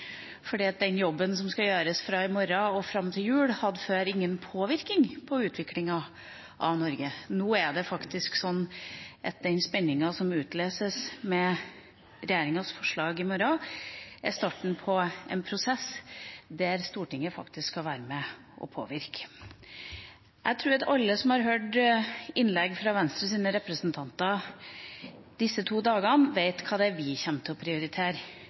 utviklinga av Norge. Nå er det faktisk slik at den spenninga som utløses med regjeringas forslag i morgen, er starten på en prosess der Stortinget faktisk skal være med og påvirke. Jeg tror at alle som har hørt innlegg fra Venstres representanter disse to dagene, vet hva det er vi kommer til å prioritere